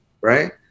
Right